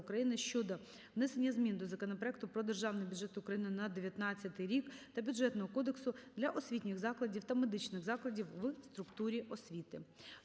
України, щодо внесення змін до законопроекту про Державний бюджет України на 2019 р. та Бюджетного кодексу для освітніх закладів та медичних закладів у структурі освіти.